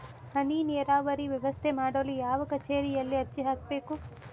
ಹನಿ ನೇರಾವರಿ ವ್ಯವಸ್ಥೆ ಮಾಡಲು ಯಾವ ಕಚೇರಿಯಲ್ಲಿ ಅರ್ಜಿ ಹಾಕಬೇಕು?